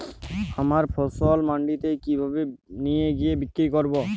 আমার ফসল মান্ডিতে কিভাবে নিয়ে গিয়ে বিক্রি করব?